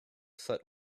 foot